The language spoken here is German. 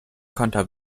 konter